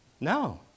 No